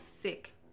sick